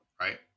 right